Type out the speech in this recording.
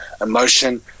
emotion